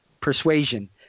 persuasion